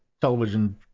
television